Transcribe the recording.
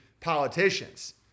politicians